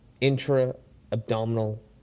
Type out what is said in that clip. intra-abdominal